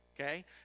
Okay